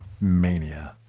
mania